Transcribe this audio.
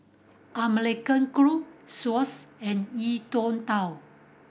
American Crew Swatch and E Twow